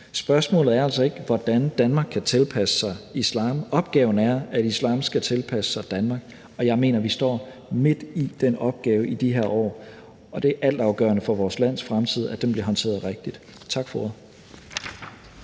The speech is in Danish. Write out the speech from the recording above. Spørgsmålet er altså ikke, hvordan Danmark kan tilpasse sig islam. Opgaven er, at islam skal tilpasse sig Danmark. Og jeg mener, at vi står midt i den opgave i de her år, og det er altafgørende for vores lands fremtid, at den bliver håndteret rigtigt. Tak for